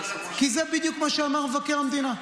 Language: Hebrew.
זה בדיוק מה שאמר מבקר המדינה.